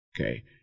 okay